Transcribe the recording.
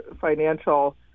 Financial